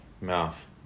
mouth